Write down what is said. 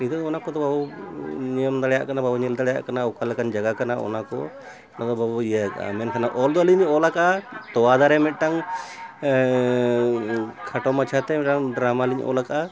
ᱱᱤᱛᱳᱜ ᱫᱚ ᱚᱱᱟ ᱠᱚᱫᱚ ᱵᱟᱵᱚ ᱱᱤᱭᱚᱢ ᱫᱟᱲᱮᱭᱟᱜ ᱠᱟᱱᱟ ᱵᱟᱵᱚ ᱧᱮᱞ ᱫᱟᱲᱮᱭᱟᱜ ᱠᱟᱱᱟ ᱚᱠᱟ ᱞᱮᱠᱟᱱ ᱡᱟᱜᱟ ᱠᱟᱱᱟ ᱚᱱᱟ ᱠᱚ ᱚᱱᱟ ᱫᱚ ᱵᱟᱵᱚ ᱤᱭᱟᱹ ᱠᱟᱜᱼᱟ ᱢᱮᱱᱠᱷᱟᱱ ᱚᱞ ᱫᱚ ᱟᱞᱤᱧ ᱚᱞ ᱟᱠᱟᱜᱼᱟ ᱛᱳᱣᱟ ᱫᱟᱨᱮ ᱢᱤᱫᱴᱟᱝ ᱠᱷᱟᱴᱚ ᱢᱟᱪᱷᱟᱛᱮ ᱢᱤᱫᱴᱟᱝ ᱰᱨᱟᱢᱟᱞᱤᱧ ᱚᱞ ᱠᱟᱜᱼᱟ